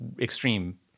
extreme